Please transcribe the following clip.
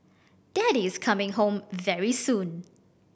daddy's coming home very soon